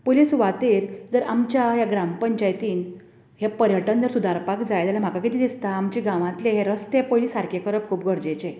पयले सुवातेर जर आमच्या ह्या ग्रामपंचायतीन हें पर्यटन जर सुदारपाक जाय जाल्यार म्हाका किदें दिसता आमच्या गांवांतले हे रस्ते पयलीं सारके करप खूब गरजेचें